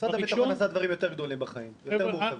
משרד הביטחון עשה דברים יותר גדולים בחיים ויותר מורכבים,